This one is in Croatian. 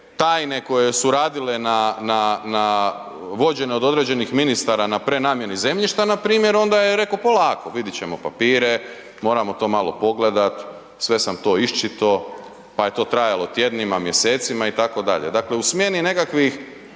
tajne koje su radile na, vođene od određenih ministara na prenamjeni zemljišta, npr. onda je rekao polako, vidit ćemo papire, moramo to malo pogledati, sve sam to iščitao pa je to trajalo tjednima, mjesecima, itd. Dakle u smjeni nekakvih